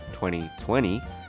2020